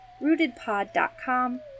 rootedpod.com